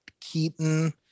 keaton